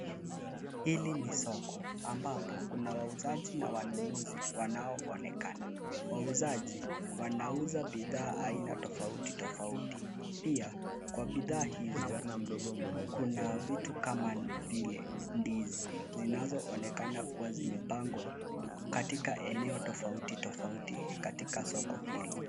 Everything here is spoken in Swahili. Hili ni soko ambapo kuna wauzaji na wanunuzi wanaoonekana. Wauzaji wanauza bidhaa aina tofauti tofauti, pia kwa bidhaa hizo kuna vita kama vile ndizi zinazoonekana kuwa zimepangwa katika eneo tofauti tofauti katika soko hilo.